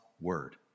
Word